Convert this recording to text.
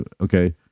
Okay